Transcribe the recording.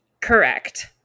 Correct